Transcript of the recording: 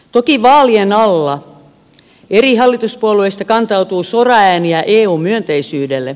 toki vaalien alla eri hallituspuolueista kantautuu soraääniä eu myönteisyydelle